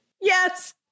yes